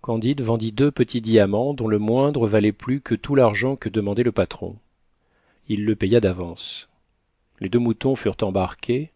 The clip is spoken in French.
candide vendit deux petits diamants dont le moindre valait plus que tout l'argent que demandait le patron il le paya d'avance les deux moutons furent embarqués